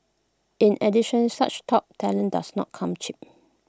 in addition such top talent does not come cheap